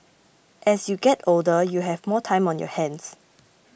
as you get older you have more time on your hands